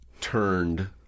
turned